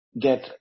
get